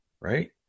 right